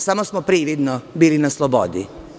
Samo smo prividno bili na slobodi.